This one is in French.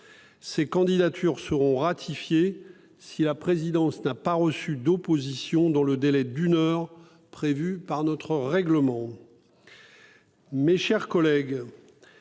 Ces candidatures seront ratifiées si la présidence n'a pas reçu d'opposition dans le délai d'une heure prévu par notre règlement. Mes chers collègues,